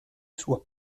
sua